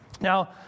Now